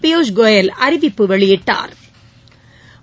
பியுஷ் கோயல் அறிவிப்பு வெளியிட்டாா்